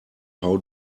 how